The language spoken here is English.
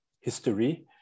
history